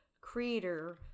creator